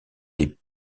des